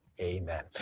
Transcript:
Amen